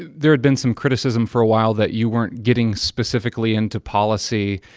there had been some criticism for a while that you weren't getting specifically into policy.